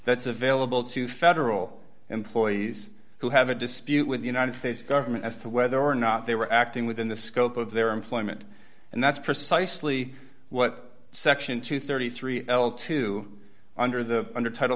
available to federal employees who have a dispute with the united states government as to whether or not they were acting within the scope of their employment and that's precisely what section two hundred and thirty three l two under the under title